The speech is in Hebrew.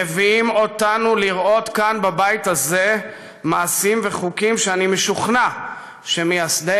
מביאים אותנו לראות כאן בבית הזה מעשים וחוקים שאני משוכנע שמייסדי